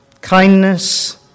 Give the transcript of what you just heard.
kindness